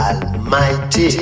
Almighty